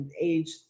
age